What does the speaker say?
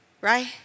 right